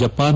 Japan